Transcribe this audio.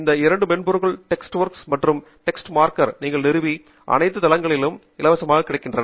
இந்த இரண்டு மென்கருவிகள் டெக்ஸ்ஒர்க்ஸ் மற்றும் டெக்ஸ்மேக்கர் நீங்கள் நிறுவ அனைத்து தளங்களிலும் இலவசமாக கிடைக்கின்றன